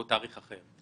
או תאריך אחר.